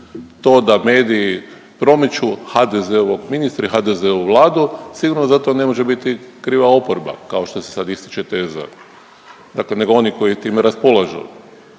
to da mediji promiču HDZ-ovog ministra i HDZ-ovu Vladu, sigurno za to ne može biti krivi oporba kao što se sad ističe teza, dakle nego oni koji time raspolažu.